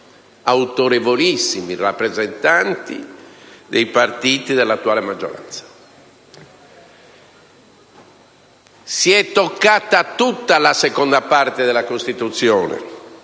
autorevolissimi rappresentanti dei partiti dell'attuale maggioranza. Si è toccata tutta la Parte II della Costituzione.